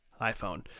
iphone